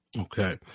Okay